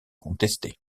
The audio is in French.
contesté